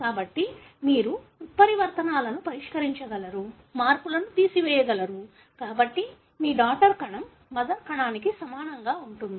కాబట్టి మీరు ఉత్పరివర్తనాలను పరిష్కరించగలరు మార్పులను తీసివేయగలరు కాబట్టి మీ డాటర్ కణం మదర్ కణానికి సమానంగా ఉంటుంది